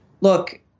look